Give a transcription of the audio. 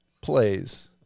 plays